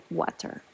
water